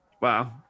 Wow